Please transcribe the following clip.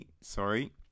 sorry